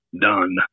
done